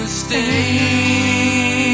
stay